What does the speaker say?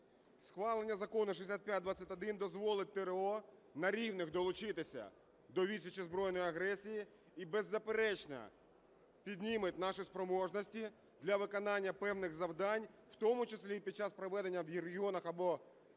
Схвалення Закону 6521 дозволить ТрО на рівних долучитися до відсічі збройної агресії і беззаперечно підніме наші спроможності для виконання певних завдань, в тому числі і під час проведення в регіонах або в